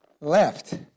left